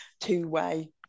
two-way